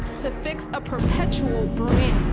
to fix a perpetual brand.